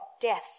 death